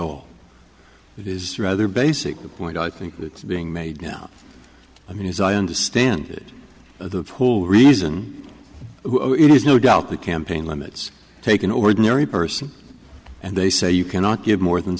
all it is rather basic the point i think it's being made now i mean as i understand it the whole reason is no doubt the campaign limits take an ordinary person and they say you cannot give more than